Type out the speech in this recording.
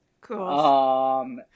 Cool